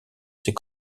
ses